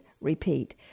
repeat